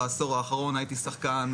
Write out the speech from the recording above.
בעשור האחרון הייתי שחקן,